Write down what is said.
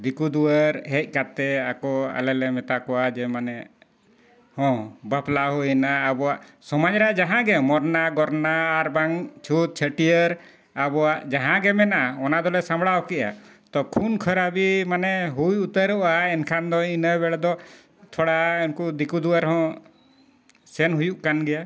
ᱫᱤᱠᱩ ᱫᱩᱣᱟᱹᱨ ᱦᱮᱡ ᱠᱟᱛᱮ ᱟᱠᱚ ᱟᱞᱮᱞᱮ ᱢᱮᱛᱟ ᱠᱚᱣᱟ ᱡᱮ ᱢᱟᱱᱮ ᱦᱚᱸ ᱵᱟᱯᱞᱟ ᱦᱩᱭᱮᱱᱟ ᱟᱵᱚᱣᱟᱜ ᱥᱚᱢᱟᱡᱽ ᱨᱮᱱᱟᱜ ᱡᱟᱦᱟᱸ ᱜᱮ ᱢᱚᱨᱱᱟ ᱜᱚᱨᱱᱟ ᱟᱨᱵᱟᱝ ᱪᱷᱩᱛ ᱪᱷᱟᱹᱴᱭᱟᱹᱨ ᱟᱵᱚᱣᱟᱜ ᱡᱟᱦᱟᱸᱜᱮ ᱢᱮᱱᱟᱜᱼᱟ ᱚᱱᱟ ᱫᱚᱞᱮ ᱥᱟᱢᱵᱲᱟᱣ ᱠᱮᱜᱼᱟ ᱛᱚ ᱠᱷᱩᱱ ᱠᱷᱟᱨᱟᱵᱤ ᱢᱟᱱᱮ ᱦᱩᱭ ᱩᱛᱟᱹᱨᱚᱜᱼᱟ ᱮᱱᱠᱷᱟᱱ ᱫᱚ ᱤᱱᱟᱹ ᱵᱮᱲᱮ ᱫᱚ ᱛᱷᱚᱲᱟ ᱩᱱᱠᱩ ᱫᱤᱠᱩ ᱫᱩᱣᱟᱹᱨ ᱦᱚᱸ ᱥᱮᱱ ᱦᱩᱭᱩᱜ ᱠᱟᱱ ᱜᱮᱭᱟ